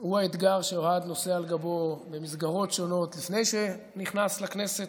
הם האתגר שאוהד נשא על גבו במסגרות שונות לפני שנכנס לכנסת,